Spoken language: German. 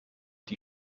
die